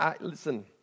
Listen